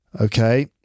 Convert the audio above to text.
Okay